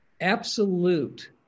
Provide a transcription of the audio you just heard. absolute